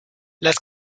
las